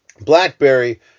BlackBerry